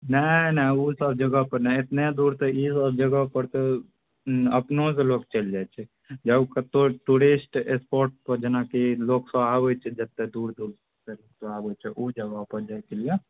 नहि नहि उ सब जगहपर नहि एतने दूर तऽ ई सब जगहपर तऽ अपनोसँ लोक चलि जाइ छै जब कतहु टूरिस्ट स्पॉटपर जेनाकि लोक सब आबय छै जते दूर दूरसँ लोक आबय छै उ जगहपर जाइके लिये